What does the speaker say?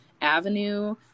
avenue